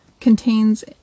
contains